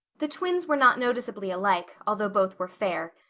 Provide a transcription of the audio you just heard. the twins were not noticeably alike, although both were fair.